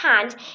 hand